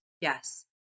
Yes